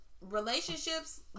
relationships